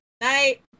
Night